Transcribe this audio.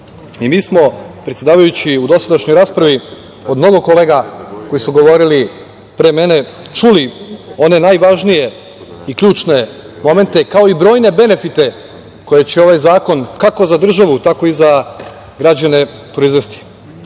smo, predsedavajući, u dosadašnjoj raspravi od mnogo kolega koji su govorili pre mene, čuli one najvažnije i ključne momente, kao i brojne benefite koje će ovaj zakon kako za državu, tako i za građane proizvesti. Ovaj